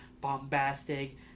bombastic